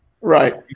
Right